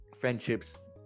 friendships